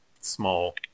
small